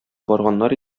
барганнар